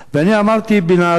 ואני אמרתי בנהרייה,